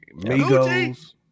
Migos